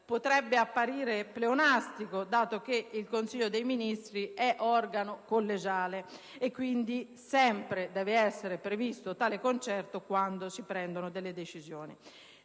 potrebbe apparire pleonastico, dato che il Consiglio dei ministri è organo collegiale e, quindi, tale concerto deve sempre essere previsto quando si prendono delle decisioni.